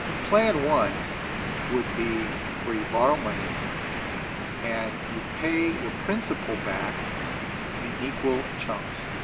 plan one would be where you borrow money and you pay the principal back in equal chunks,